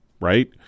right